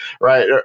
right